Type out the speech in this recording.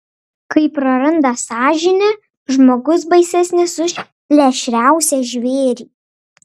kai praranda sąžinę žmogus baisesnis už plėšriausią žvėrį